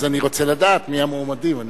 אז אני רוצה לדעת מי המועמדים.